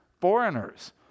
foreigners